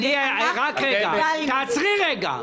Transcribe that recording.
תעצרי רגע.